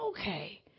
Okay